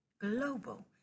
global